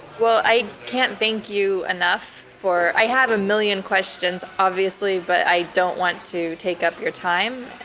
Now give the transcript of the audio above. well, i can't thank you enough for. i had a million questions obviously, but i don't want to take up your time.